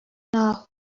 now